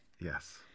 Yes